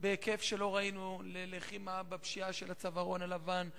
בהיקף שלא ראינו ללחימה בפשיעת הצווארון הלבן.